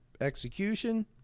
execution